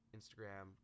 Instagram